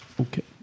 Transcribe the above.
Okay